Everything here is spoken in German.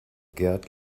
gerd